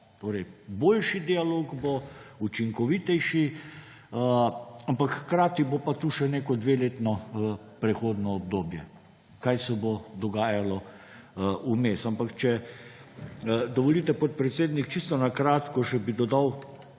Torej boljši dialog bo, učinkovitejši, ampak hkrati bo pa tu še neko dveletno prehodno obdobje. Kaj se bo dogajalo vmes? Ampak, dovolite, podpredsednik, čisto na kratko še bi dodal